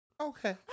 okay